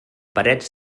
parets